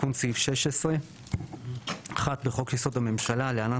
תיקון סעיף 16 1. בחוק-יסוד: הממשלה (להלן,